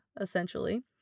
essentially